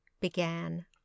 began